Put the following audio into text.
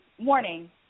morning